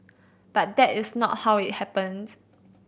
but that is not how it happened